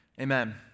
Amen